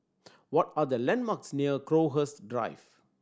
what are the landmarks near Crowhurst Drive